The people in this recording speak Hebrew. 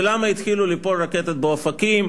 ולמה התחילו ליפול רקטות באופקים,